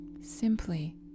simply